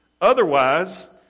Otherwise